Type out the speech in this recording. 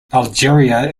algeria